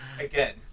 Again